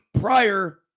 prior